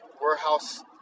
warehouse